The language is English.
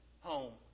home